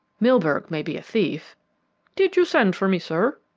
milburgh may be a thief did you send for me, sir?